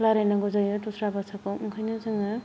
रायलायनांगौ जायो दस्रा भासाखौ ओंखायनो जोंङो